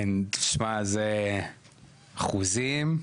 אלה אחוזים מדהימים.